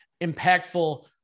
impactful